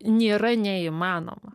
nėra neįmanoma